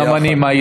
גם אני מעיד.